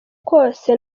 kose